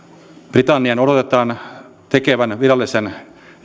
britannian odotetaan tekevän virallisen